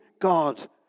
God